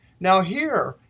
now, here,